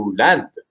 land